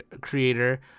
creator